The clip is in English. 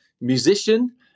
musician